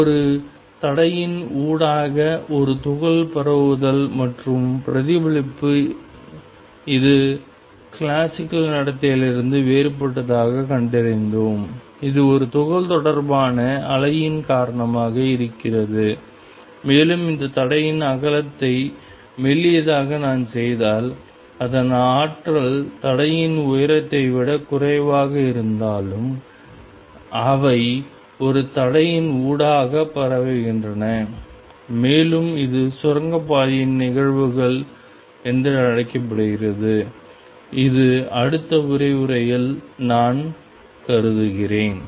ஒரு தடையின் ஊடாக ஒரு துகள் பரவுதல் மற்றும் பிரதிபலிப்பு இது கிளாசிக்கல் நடத்தையிலிருந்து வேறுபட்டதாகக் கண்டறிந்தோம் இது ஒரு துகள் தொடர்பான அலையின் காரணமாக இருக்கிறது மேலும் இந்த தடையின் அகலத்தை மெல்லியதாக நான் செய்தால் அதன் ஆற்றல் தடையின் உயரத்தை விடக் குறைவாக இருந்தாலும் அவை ஒரு தடையின் ஊடாகப் பரவுகின்றன மேலும் இது சுரங்கப்பாதையின் நிகழ்வுகள் என்று அழைக்கப்படுகிறது இது அடுத்த விரிவுரையில் நான் கருதுகிறேன்